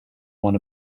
one